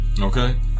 Okay